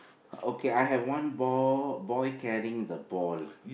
okay I have one ball boy carrying the ball